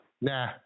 Nah